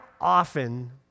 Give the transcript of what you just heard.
often